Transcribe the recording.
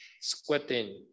squatting